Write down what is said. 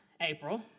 April